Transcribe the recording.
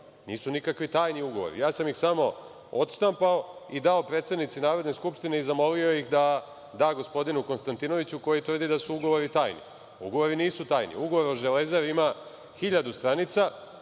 nisu nikakvi tajni ugovori, samo sam ih odštampao i dao predsednici Narodne skupštine i zamolio je da da gospodinu Konstantinoviću, koji tvrdi da su ugovori tajni. Ugovori nisu tajni, ugovor o „Železari“ ima hiljadu stranica,